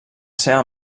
seva